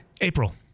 April